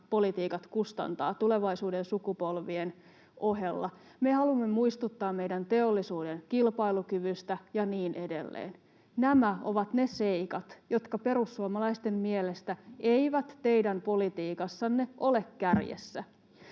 politiikat kustantaa, tulevaisuuden sukupolvien ohella. Me haluamme muistuttaa meidän teollisuuden kilpailukyvystä, ja niin edelleen. Nämä ovat ne seikat, jotka perussuomalaisten mielestä eivät teidän politiikassanne ole kärjessä.